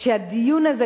את הדיון הזה.